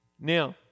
Now